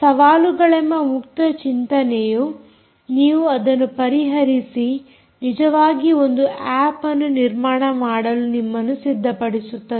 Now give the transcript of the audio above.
ಸವಾಲುಗಳೆಂಬ ಮುಕ್ತ ಚಿಂತನೆಯು ನೀವು ಅದನ್ನು ಪರಿಹರಿಸಿ ನಿಜವಾಗಿ ಒಂದು ಆಪ್ ಅನ್ನು ನಿರ್ಮಾಣ ಮಾಡಲು ನಿಮ್ಮನ್ನು ಸಿದ್ದಪಡಿಸುತ್ತದೆ